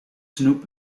snoop